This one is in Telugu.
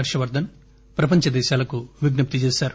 హర్షవర్దస్ ప్రపంచదేశాలకు విజ్ఞప్తి చేశారు